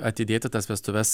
atidėti tas vestuves